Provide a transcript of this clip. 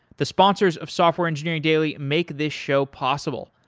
the sponsors of software engineering daily make this show possible,